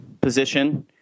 position